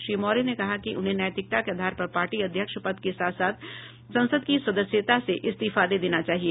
श्री मौर्य ने कहा कि उन्हें नैतिकता के आधार पर पार्टी अध्यक्ष पद के साथ साथ संसद की सदस्यता से इस्तीफा दे देना चाहिए